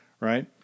Right